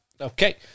Okay